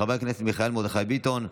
של חבר הכנסת מיכאל מרדכי ביטון,